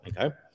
okay